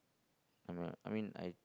I'm not I mean I